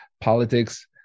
politics